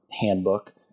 handbook